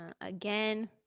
again